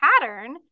pattern